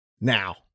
Now